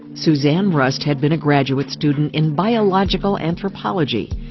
susanne rust had been a graduate student in biological anthropology.